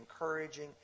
encouraging